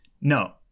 No